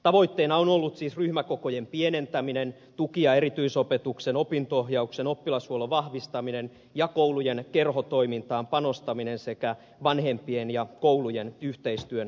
tavoitteena on ollut siis ryhmäkokojen pienentäminen tuki ja erityisopetuksen opinto ohjauksen oppilashuollon vahvistaminen ja koulujen kerhotoimintaan panostaminen sekä vanhempien ja koulujen yhteistyön kehittäminen